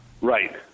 Right